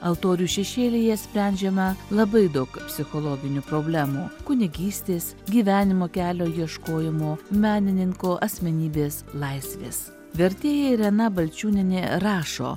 altorių šešėlyje sprendžiama labai daug psichologinių problemų kunigystės gyvenimo kelio ieškojimo menininko asmenybės laisvės vertėja irena balčiūnienė rašo